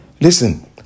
listen